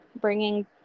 bringing